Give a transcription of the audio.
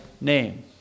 name